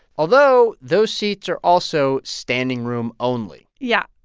although those seats are also standing room only yeah.